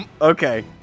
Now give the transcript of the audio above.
okay